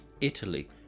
Italy